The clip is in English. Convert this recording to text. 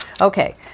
Okay